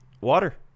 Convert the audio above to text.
Water